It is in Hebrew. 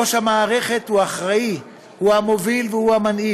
ראש המערכת הוא האחראי, הוא המוביל והוא המנהיג.